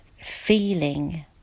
feeling